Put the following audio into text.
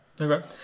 Okay